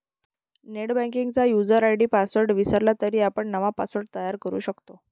नेटबँकिंगचा user ID password विसरला तरी आपण नवा पासवर्ड तयार करू शकतो